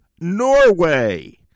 Norway